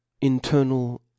internal